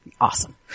awesome